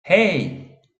hey